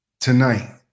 Tonight